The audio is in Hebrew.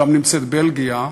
שם נמצאת בלגיה,